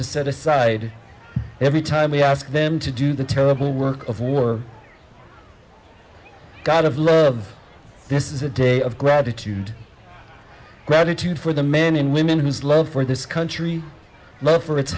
to set aside every time we ask them to do the terrible work of war god of love this is a day of gratitude and gratitude for the men and women whose love for this country for its